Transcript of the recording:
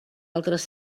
altres